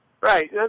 Right